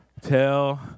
Tell